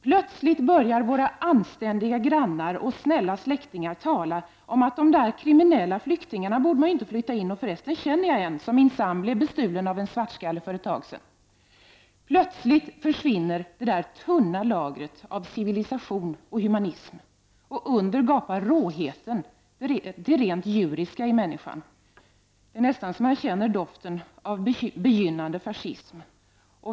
Plötsligt börjar våra anständiga grannar och snälla släktingar tala om att de där kriminella flyktingarna borde man ju inte släppa in, och för resten känner jag en som minsann blev bestulen av en svartskalle för ett tag sedan. Plötsligt försvinner det där tunna lagret av civilisation och humanitet. Under gapar råheten, det rent djuriska i människan. Det är nästan att man känner doften av begynnande fascism.